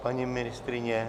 Paní ministryně?